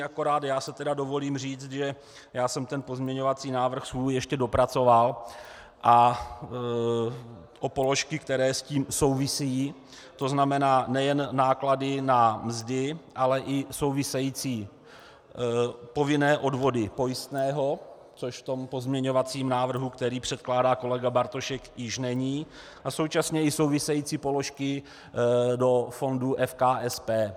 Akorát já si tedy dovolím říct, že já jsem ten pozměňovací návrh svůj ještě dopracoval o položky, které s tím souvisí, to znamená nejen náklady na mzdy, ale i související povinné odvody pojistného, což v tom pozměňovacím návrhu, který předkládá kolega Bartošek, již není, a současně i související položky do fondu FKSP.